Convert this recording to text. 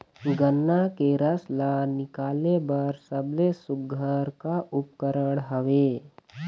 गन्ना के रस ला निकाले बर सबले सुघ्घर का उपकरण हवए?